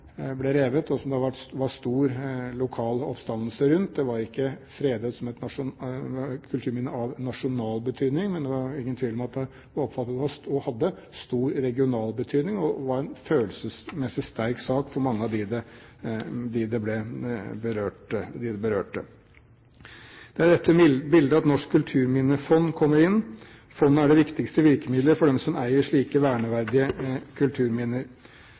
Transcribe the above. det var stor lokal oppstandelse rundt. Den var ikke fredet som et kulturminne av nasjonal betydning, men det var ingen tvil om at den hadde stor regional betydning og var en følelsesmessig sterk sak for mange av dem det berørte. Det er i dette bildet at Norsk kulturminnefond kommer inn. Fondet er det viktigste virkemiddelet for dem som eier slike verneverdige kulturminner.